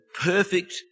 perfect